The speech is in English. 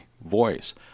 voice